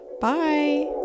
bye